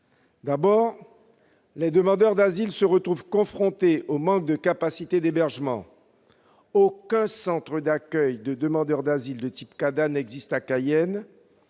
d'abord, les demandeurs d'asile se retrouvent confrontés au manque de capacités d'hébergement : aucun centre d'accueil de demandeurs d'asile de type CADA n'existe à Cayenne,